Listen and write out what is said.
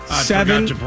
seven